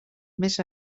més